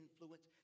influence